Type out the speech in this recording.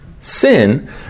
sin